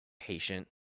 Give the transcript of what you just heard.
patient